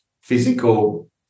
physical